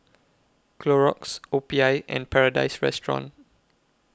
Clorox O P I and Paradise Restaurant